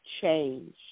change